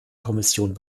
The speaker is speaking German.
kommission